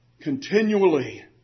continually